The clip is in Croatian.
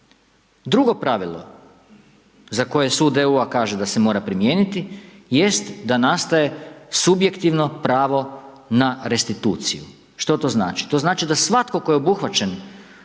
Drugo pravilo za koje sud EU-a kaže da se mora primijeniti jest da nastaje subjektivno pravo na restituciju. Što to znači? To znači da svatko tko je obuhvaćen